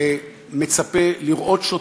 מצפים לראות שוטר,